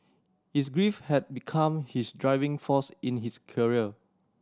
his grief had become his driving force in his career